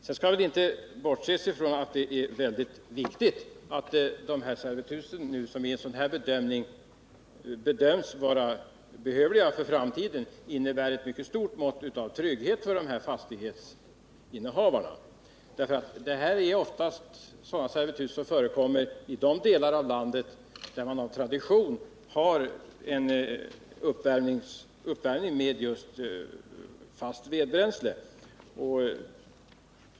Det skall inte bortses ifrån att det är mycket viktigt att de servitut som i en sådan här bedömning anses vara behövliga för framtiden innebär ett mycket stort mått av trygghet för fastighetsinnehavarna. Detta är oftast sådana servitut som förekommer i de delar av landet där man av tradition har uppvärmning med just fast vedbränsle.